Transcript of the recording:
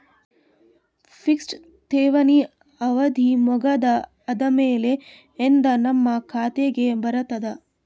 Fixed ಠೇವಣಿ ಅವಧಿ ಮುಗದ ಆದಮೇಲೆ ಎಂದ ನಮ್ಮ ಖಾತೆಗೆ ಬರತದ?